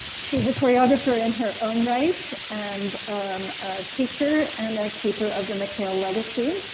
she's a choreographer in her own right and um a teacher and a keeper of the mckayle legacy.